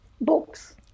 books